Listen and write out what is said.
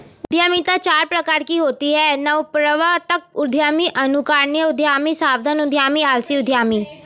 उद्यमिता चार प्रकार की होती है नवप्रवर्तक उद्यमी, अनुकरणीय उद्यमी, सावधान उद्यमी, आलसी उद्यमी